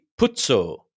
Puzzo